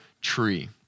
tree